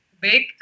big